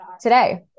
today